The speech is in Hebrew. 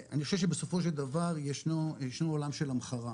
אני חושב שבסופו של דבר ישנו עולם של המחרה,